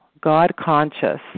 God-conscious